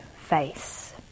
face